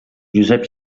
josep